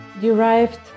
derived